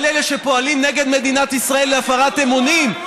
על אלה שפועלים נגד מדינת ישראל בהפרת אמונים?